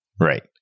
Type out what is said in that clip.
Right